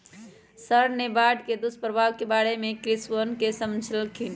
sir ने बाढ़ के दुष्प्रभाव के बारे में कृषकवन के समझल खिन